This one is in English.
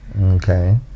Okay